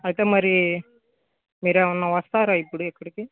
అయితే మరి మీరు ఏమన్నా వస్తారా ఇప్పుడు ఇక్కడకి